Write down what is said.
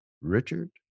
Richard